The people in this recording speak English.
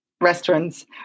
restaurants